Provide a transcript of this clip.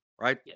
right